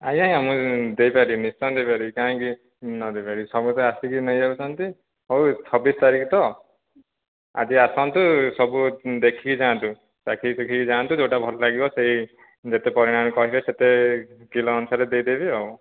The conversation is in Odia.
ଆଜ୍ଞା ମୁଁ ଦେଇପାରିବି ନିଶ୍ଚୟ ଦେଇପାରିବି କାହିଁକି ନଦେଇପାରିବି ସବୁତ ଆସିକି ନେଇଯାଉଛନ୍ତି ହଉ ଛବିଶ ତାରିଖ ତ ଆଜି ଆସନ୍ତୁ ସବୁ ଦେଖିକି ଯାଆନ୍ତୁ ଚାଖିଚୁଖି ଯାଆନ୍ତୁ ଯେଉଁଟା ଭଲ ଲାଗିବ ସେଇ ଯେତେ ପରିମାଣ କହିବେ ସେତେ କିଲୋ ଅନୁସାରେ ଦେଇଦେବି ଆଉ